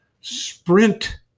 Sprint